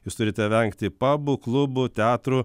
jūs turite vengti pabų klubų teatrų